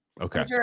Okay